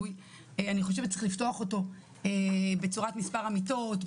אני חושבת שצריך לפתוח אותו בצורת מספר המיטות,